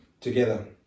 together